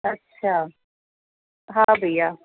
अच्छा हा भैया